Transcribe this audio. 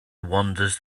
wanders